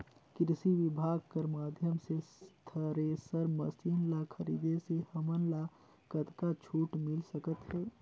कृषि विभाग कर माध्यम से थरेसर मशीन ला खरीदे से हमन ला कतका छूट मिल सकत हे?